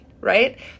Right